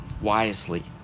wisely